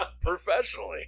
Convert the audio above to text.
Professionally